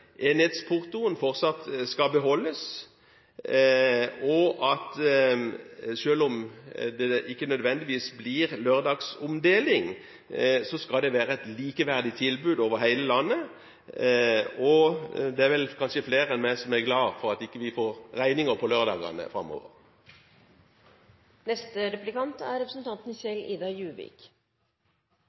enhetsportoen fortsatt skal beholdes, og selv om det ikke nødvendigvis blir lørdagsomdeling, skal det være et likeverdig tilbud over hele landet. Og det er kanskje flere enn meg som er glad for at vi ikke får regninger på lørdagene framover.